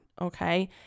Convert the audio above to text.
okay